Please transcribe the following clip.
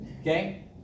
Okay